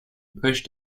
pushed